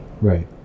Right